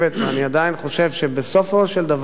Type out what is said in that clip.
ואני עדיין חושב שבסופו של דבר,